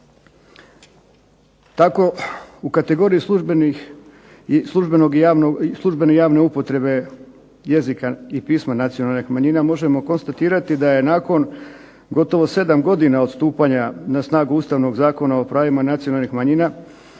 Tako u kategoriju službene i javne upotrebe jezika i pisma nacionalnih manjina možemo konstatirati da je nakon gotovo sedam godina od stupanja na snagu Ustavnog zakona o pravima nacionalnih manjina